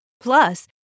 Plus